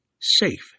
safe